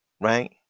right